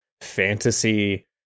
fantasy